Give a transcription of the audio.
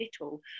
little